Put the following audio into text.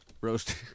Roast